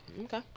Okay